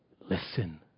Listen